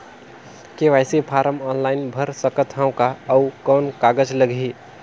KYC form online भर सकत हवं का? अउ कौन कागज लगही?